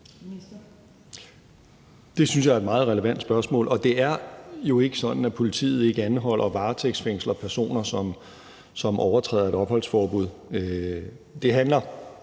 Det synes jeg er et meget relevant spørgsmål. Det er jo ikke sådan, at politiet ikke anholder og varetægtsfængsler personer, som overtræder et opholdsforbud. Det handler